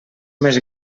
més